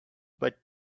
but